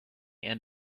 and